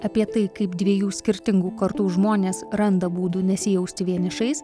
apie tai kaip dviejų skirtingų kartų žmonės randa būdų nesijausti vienišais